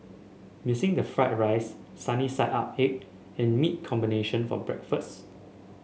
missing the fried rice sunny side up egg and meat combination for breakfast